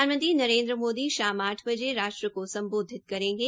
प्रधानमंत्री नरेन्द्र मोदी शाम आठ बजे राष्ट्र को सम्बोधित करेंगे